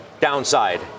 downside